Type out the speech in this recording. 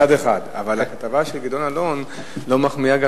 זה מצד אחד, אבל הכתבה של גדעון אלון לא מחמיאה גם